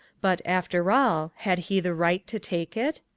but, after all, had he the right to take it?